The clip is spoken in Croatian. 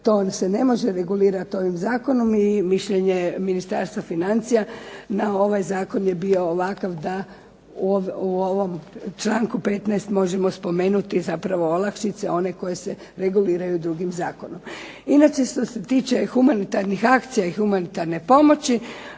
to se ne može regulirati ovim Zakonom i mišljenje Ministarstva financija na ovaj Zakon je bio ovakav da u ovom članku 15. možemo spomenuti zapravo olakšice one koje se reguliraju drugim Zakonom. Inače što se tiče humanitarnih akcija i humanitarne pomoći,